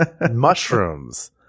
mushrooms